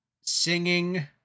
singing